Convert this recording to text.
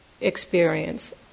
experience